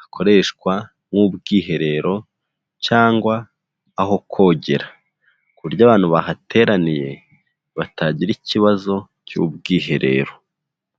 hakoreshwa nk'ubwiherero cyangwa aho kogera, ku buryo abantu bahateraniye batagira ikibazo cy'ubwiherero.